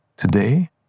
Today